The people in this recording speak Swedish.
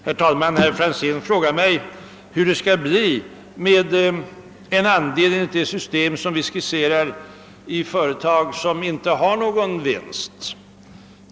Herr talman! Herr Franzén i Motala frågade mig hur det enligt det system vi diskuterar skall bli med vinstandelen i företag som inte ger någon vinst.